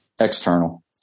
External